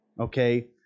Okay